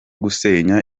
gusenya